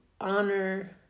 honor